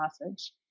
message